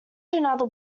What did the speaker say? another